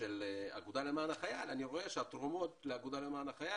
של האגודה למען החייל אני רואה שהתרומות לאגודה למען החייל